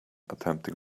attempting